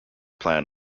plan